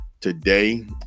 today